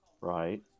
right